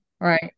right